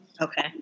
Okay